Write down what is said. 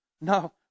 No